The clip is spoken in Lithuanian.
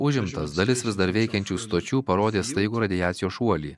užimtas dalis vis dar veikiančių stočių parodė staigų radiacijos šuolį